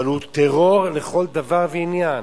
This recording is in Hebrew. אבל הוא טרור לכל דבר ועניין.